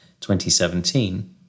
2017